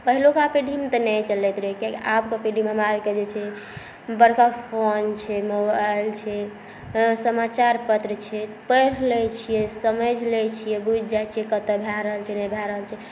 पहिलुका पीढ़ीमे तऽ नहि चलैत रहै कियाकि आबके पीढ़ीमे हमरा आरके जे छै बड़का फोन छै मोबाइल छै समाचारपत्र छै पढ़ि लै छिए समझि लै छिए बुझि जाइ छिए कतऽ की भऽ रहल छै नहि भऽ रहल छै